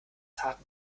harten